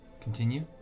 Continue